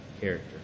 character